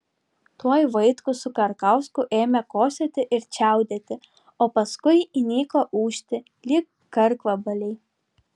tuoj vaitkus su karkausku ėmė kosėti ir čiaudėti o paskui įniko ūžti lyg karkvabaliai